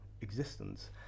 existence